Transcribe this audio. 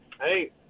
Hey